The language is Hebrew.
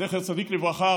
זכר צדיק לברכה,